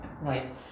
Right